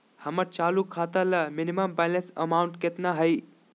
हमर चालू खाता ला मिनिमम बैलेंस अमाउंट केतना हइ?